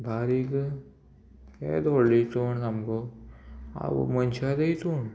बारीक केदो व्हडलो इसोण सामको आवय मनशा येदो इसवण